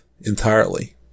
entirely